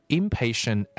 impatient